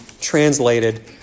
translated